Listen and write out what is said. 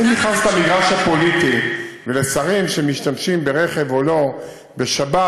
אז אם נכנסת למגרש הפוליטי ולשרים שמשתמשים ברכב או לא בשבת,